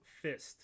fist